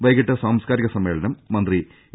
വൈകിട്ട് സാംസ്കാരിക സമ്മേളനം മന്ത്രി എ